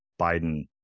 Biden